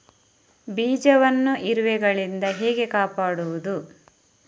ಬೀಜವನ್ನು ಇರುವೆಗಳಿಂದ ಹೇಗೆ ಕಾಪಾಡುವುದು?